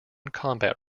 combat